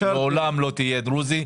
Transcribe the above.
לעולם לא תהיה דרוזי.